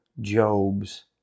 Job's